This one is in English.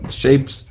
shapes